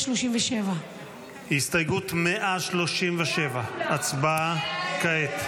137. הסתייגות 137 הצבעה כעת.